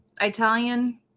Italian